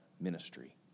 ministry